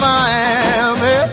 Miami